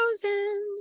frozen